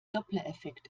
dopplereffekt